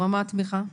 "רמת תמיכה"